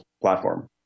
platform